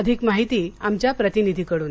अधिक माहिती आमच्या प्रतिनिधीकडून